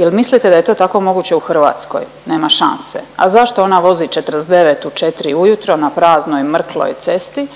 Jel mislite da je to tako moguće u Hrvatskoj? Nema šanse. A zašto ona vozi 49 u četri ujutro na praznoj mrkloj cesti?